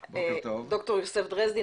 ד"ר יוסף דרזנין,